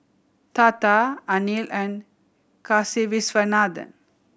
Tata Anil and Kasiviswanathan